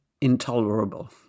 intolerable